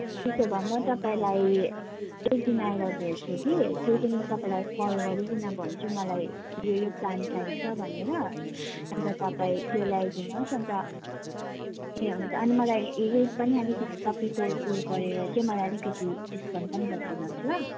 त्यसो भए म तपाईँलाई एकदिन आएर भेट्छु कि त्यो दिन म तपाईँलाई कल गरिकन भन्छु मलाई यो यो प्लान्ट चाहिएको छ भनेर अन्त तपाईँ त्यो ल्याइदिनुहोस् अन्त ए हुन्छ अनि मलाई रेट पनि अलिकति सबैको उयो गरेर चाहिँ मलाई अलिकति डिस्काउन्ट पनि गरिदिनुहोस् ल